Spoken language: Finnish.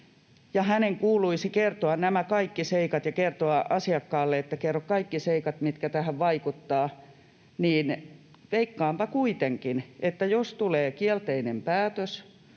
hänen kuuluisi kertoa nämä kaikki seikat ja kertoa asiakkaalle, että kerro kaikki seikat, mitkä tähän vaikuttavat, niin veikkaanpa kuitenkin, että jos tulee kielteinen päätös,